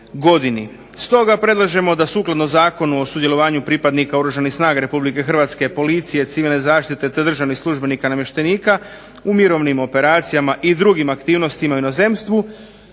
Stoga predlažemo da sukladno Zakonu o sudjelovanju pripadnika Oružanih snaga Republike Hrvatske, policije, civilne zaštite te državnih službenika, namještenika u mirovnim operacijama i drugim aktivnostima u inozemstvu